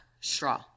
Straw